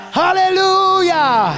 hallelujah